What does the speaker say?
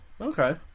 Okay